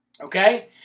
Okay